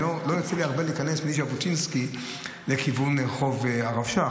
לא יוצא לי להיכנס הרבה מז'בוטינסקי לכיוון רחוב הרב שך.